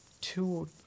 two